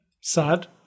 sad